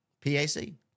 P-A-C